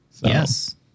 Yes